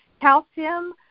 calcium